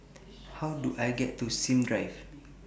How Do I get to Sims Drive